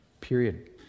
period